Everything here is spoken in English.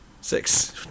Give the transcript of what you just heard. Six